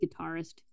guitarist